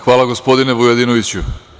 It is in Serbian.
Hvala gospodine Vujadinoviću.